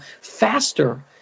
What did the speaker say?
faster